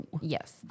Yes